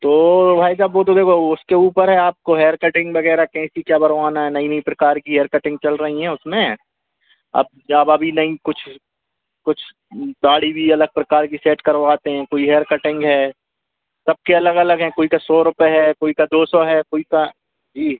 तो भाई साब वो तो देखो उसके ऊपर है आपको हेयर कटिंग वगैरह कैसी क्या बनवाना है नई नई प्रकार की हेयर कटिंग चल रही हैं उसमें अब जब अभी नई कुछ कुछ दाढ़ी भी अलग प्रकार की सेट करवाते हैं कोई हेयर कटिंग है सबके अलग अलग हैं कोई का सौ रुपए है कोई का दो सौ है कोई का जी